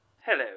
Hello